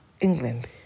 England